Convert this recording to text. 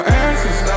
answers